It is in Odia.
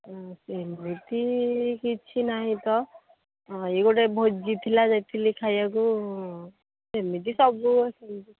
ସେମିତି କିଛି ନାହିଁ ତ ଇଏ ଗୋଟେ ଭୋଜି ଥିଲା ଯାଇଥିଲି ଖାଇବାକୁ ଏମିତି ସବୁ ହେଲେ